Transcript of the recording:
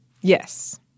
Yes